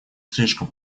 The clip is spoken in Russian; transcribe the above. слишком